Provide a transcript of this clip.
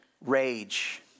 rage